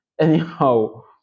Anyhow